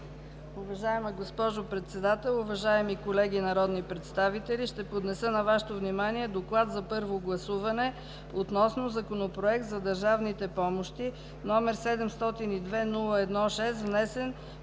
Уважаема госпожо Председател, уважаеми колеги народни представители! Ще поднеса на Вашето внимание: „ДОКЛАД за първо гласуване относно Законопроект за държавните помощи, № 702-01-6, внесен